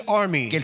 army